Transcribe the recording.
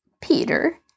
Peter